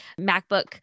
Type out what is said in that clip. MacBook